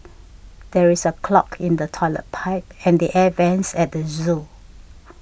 there is a clog in the Toilet Pipe and the Air Vents at the zoo